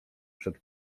przed